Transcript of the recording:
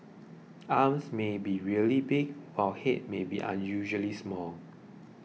arms may be really big while head may be unusually small